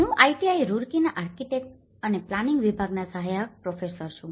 હું આઈઆઈટી રૂરકીના આર્કિટેક્ચર અને પ્લાનિંગ વિભાગના સહાયક પ્રોફેસર છું